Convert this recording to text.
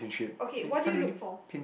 okay what do you look for